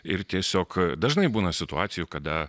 ir tiesiog dažnai būna situacijų kada